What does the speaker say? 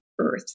earth